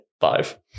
five